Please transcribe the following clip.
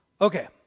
Okay